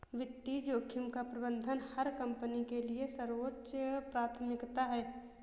वित्तीय जोखिम का प्रबंधन हर कंपनी के लिए सर्वोच्च प्राथमिकता है